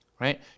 right